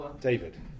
David